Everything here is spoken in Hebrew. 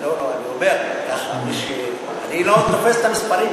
לא, לא, אני אומר שאני לא תופס את המספרים.